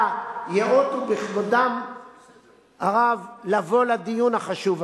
ייאותו בכבודם הרב לבוא לדיון החשוב הזה.